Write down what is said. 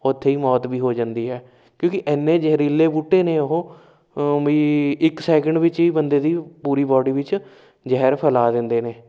ਉੱਥੇ ਹੀ ਮੌਤ ਵੀ ਹੋ ਜਾਂਦੀ ਹੈ ਕਿਉਂਕਿ ਇੰਨੇ ਜ਼ਹਿਰੀਲੇ ਬੂਟੇ ਨੇ ਵੀ ਇੱਕ ਸੈਕਿੰਡ ਵਿੱਚ ਹੀ ਬੰਦੇ ਦੀ ਪੂਰੀ ਬੋਡੀ ਵਿੱਚ ਜ਼ਹਿਰ ਫੈਲਾ ਦਿੰਦੇ ਨੇ